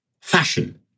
fashion